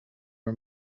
her